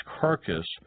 carcass